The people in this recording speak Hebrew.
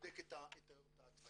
בודק את אותה התוויה.